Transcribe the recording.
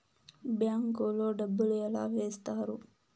bank లో డబ్బులు ఎలా వేస్తారు